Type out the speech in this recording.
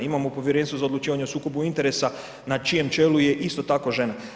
Imamo Povjerenstvo za odlučivanje o sukobu interesa na čijem čelu je isto tako žena.